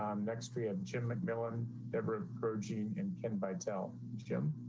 um next we have jim mcmillan ever purging and ken by tell jim